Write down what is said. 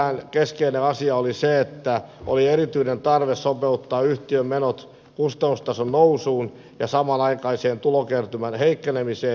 siellähän keskeinen asia oli se että oli erityinen tarve sopeuttaa yhtiön menot kustannustason nousuun ja samanaikaiseen tulokertymän heikkenemiseen